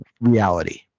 reality